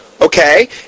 Okay